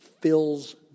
fills